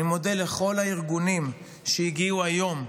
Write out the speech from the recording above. אני מודה לכל הארגונים שהגיעו היום,